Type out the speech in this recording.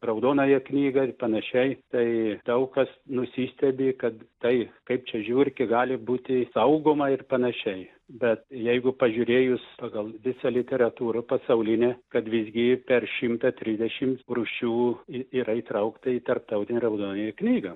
raudonąją knygą ir panašiai tai daug kas nusistebi kad tai kaip čia žiurkė gali būti saugoma ir panašiai bet jeigu pažiūrėjus pagal visą literatūrą pasaulinę kad visgi per šimtą trisdešimt rūšių į yra įtraukta į tarptautinę raudonąją knygą